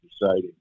deciding